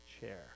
chair